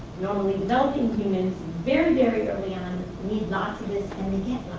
normally developing humans very, very early on need lots of this and they get